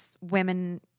women